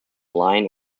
line